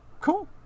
Cool